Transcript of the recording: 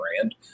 brand